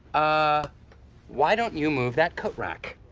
ah why don't you move that coat rack?